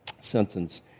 sentence